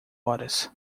horas